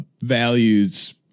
values